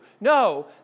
No